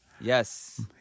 Yes